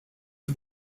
for